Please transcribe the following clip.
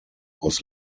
was